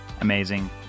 Amazing